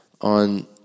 On